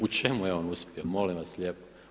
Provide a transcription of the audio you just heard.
U čemu je on uspio, molim vas lijepo?